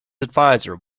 advisor